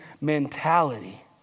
mentality